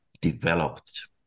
developed